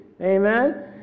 Amen